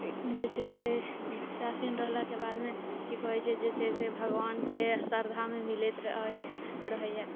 जे छै से उदासीन रहलाके बादमे की कहैत छै जे छै से भगवानके श्रद्धामे मिलैत रह रहैया